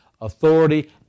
authority